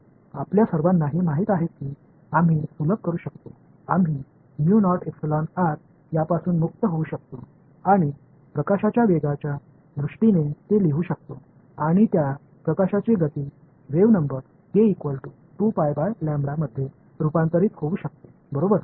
तर आपल्या सर्वांना हे माहित आहे की आम्ही सुलभ करू शकतो आम्ही यापासून मुक्त होऊ शकतो आणि प्रकाशाच्या वेगाच्या दृष्टीने ते लिहू शकतो आणि त्या प्रकाशाची गती वेव्ह नंबर मध्ये रूपांतरित होऊ शकते बरोबर